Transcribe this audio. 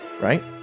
right